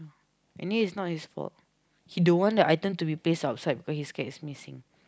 anyway is not his fault he don't want the item to be placed outside but he scared is missing